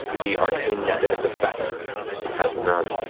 the arcane net of its effect has none.